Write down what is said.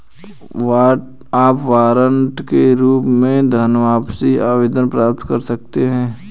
आप वारंट के रूप में धनवापसी आदेश प्राप्त कर सकते हैं